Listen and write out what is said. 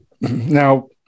Now